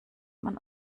man